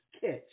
catch